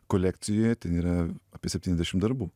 kolekcijoje yra apie septyniasdešim darbų